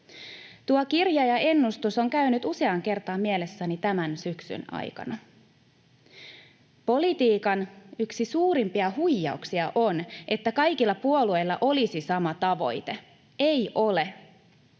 Tuo kirja ja ennustus on käynyt useaan kertaan mielessäni tämän syksyn aikana. Politiikan yksi suurimpia huijauksia on, että kaikilla puolueilla olisi sama tavoite. Ei ole.